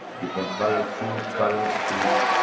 different color, choose colors choose